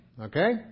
Okay